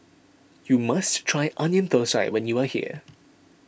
you must try Onion Thosai when you are here